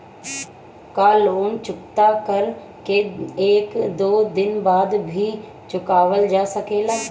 का लोन चुकता कर के एक दो दिन बाद भी चुकावल जा सकेला?